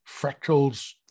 fractals